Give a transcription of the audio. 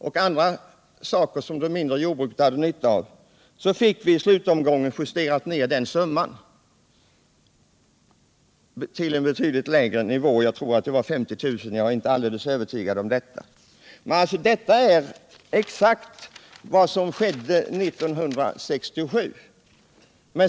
I slutomgången blev den summan justerad ner till en betydligt lägre nivå; jag tror att det blev 50 000 kr., samtidigt som den lägsta bidragsgränsen sänktes 1967.